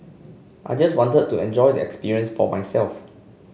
I just wanted to enjoy the experience for myself